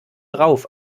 drauf